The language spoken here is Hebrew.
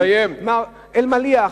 מר אלמליח,